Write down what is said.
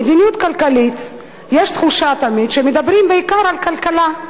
במדיניות כלכלית יש תחושה תמיד שמדברים בעיקר על כלכלה,